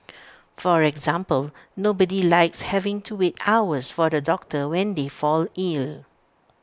for example nobody likes having to wait hours for the doctor when they fall ill